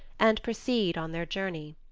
and proceed on their journey.